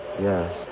Yes